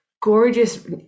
gorgeous